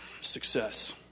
success